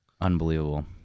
Unbelievable